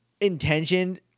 intentioned